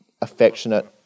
affectionate